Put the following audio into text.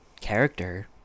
character